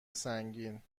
سنگین